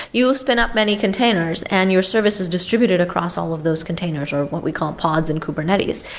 you'll spin up many containers and your service is distributed across all of those containers, or what we call pods in kubernetes,